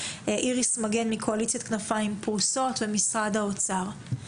איריס מגן מקואליציית כנפיים פרוסות ומשרד האוצר.